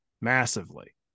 massively